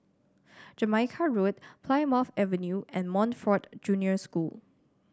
Jamaica Road Plymouth Avenue and Montfort Junior School